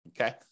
Okay